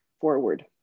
forward